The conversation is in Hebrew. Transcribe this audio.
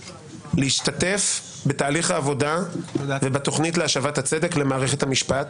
להשתתף בתהליך העבודה ובתכנית להשבת הצדק למערכת המשפט,